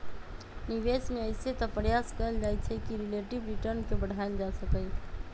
निवेश में अइसे तऽ प्रयास कएल जाइ छइ कि रिलेटिव रिटर्न के बढ़ायल जा सकइ